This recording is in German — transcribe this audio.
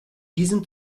diesem